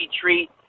treat